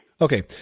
Okay